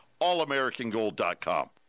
allamericangold.com